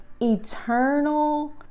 eternal